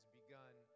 begun